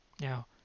Now